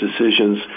decisions